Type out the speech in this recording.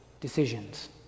decisions